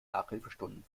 nachhilfestunden